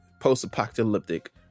post-apocalyptic